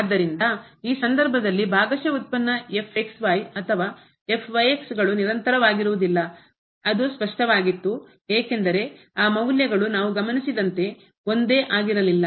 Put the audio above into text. ಆದ್ದರಿಂದ ಈ ಸಂದರ್ಭದಲ್ಲಿ ಭಾಗಶಃ ಉತ್ಪನ್ನ ಅಥವಾ ಗಳು ನಿರಂತರವಾಗಿರುವುದಿಲ್ಲ ಅದು ಸ್ಪಷ್ಟವಾಗಿತ್ತು ಏಕೆಂದರೆ ಆ ಮೌಲ್ಯಗಳು ನಾವು ಗಮನಿಸಿದಂತೆ ಒಂದೇ ಆಗಿರಲಿಲ್ಲ